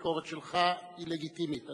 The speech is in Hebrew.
הביקורת שלך היא לגיטימית,